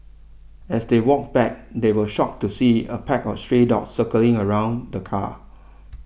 as they walked back they were shocked to see a pack of stray dogs circling around the car